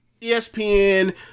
ESPN